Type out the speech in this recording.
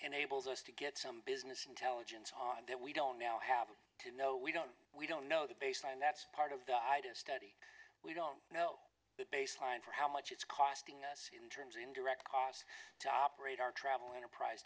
enables us to get some business intelligence on that we don't now have to know we don't we don't know the baseline that's part of the study we don't know the baseline for how much it's costing us in terms of indirect cost to operate our travel enterprise